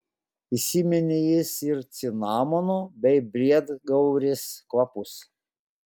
įsiminė jis ir cinamono bei briedgaurės kvapus